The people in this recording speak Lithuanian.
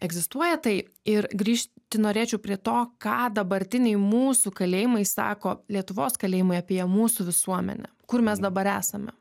egzistuoja tai ir grįžti norėčiau prie to ką dabartiniai mūsų kalėjimai sako lietuvos kalėjimai apie mūsų visuomenę kur mes dabar esame